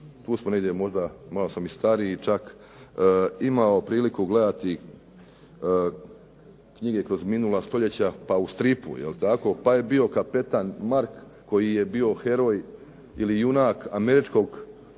tu smo negdje možda, malo sam i stariji čak imao priliku gledati knjige kroz minula stoljeća, pa u stripu jel tako, pa je bio kapetan Mark koji je bio heroj ili junak američkog